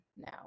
now